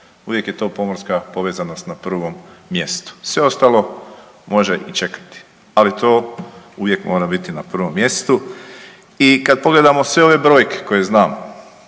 uvijek je to pomorska povezanost na prvom mjestu, sve ostalo može i čekati, ali to uvijek mora biti na prvom mjestu. I kad pogledamo sve ove brojke koje znamo